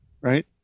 right